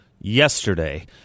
yesterday